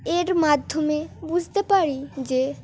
এর মাধ্যমে বুঝতে পারি যে